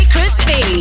Crispy